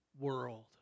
world